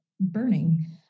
burning